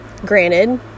granted